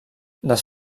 les